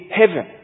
heaven